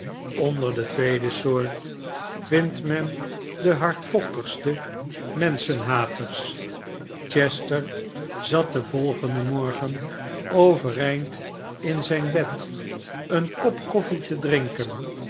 onder de tweede soort vindt men de hardvochtigste menschenhaters chester zat den volgenden morgen overeind in zijn bed een kop koffie te drinken